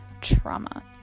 trauma